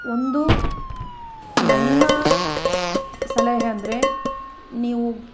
ಒಂದು ನನ್ನ ಸಲಹೆ ಅಂದರೆ ನೀವು